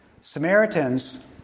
Samaritans